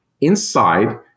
inside